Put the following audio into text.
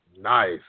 Nice